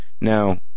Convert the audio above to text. Now